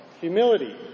humility